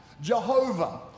Jehovah